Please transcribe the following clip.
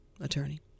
attorney